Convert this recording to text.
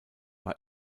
war